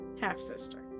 Half-sister